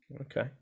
Okay